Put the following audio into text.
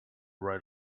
right